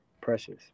precious